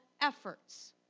efforts